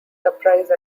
surprise